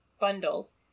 bundles